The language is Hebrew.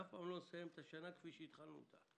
אף פעם לא נסיים את השנה כפי שהתחלנו אותה.